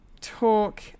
talk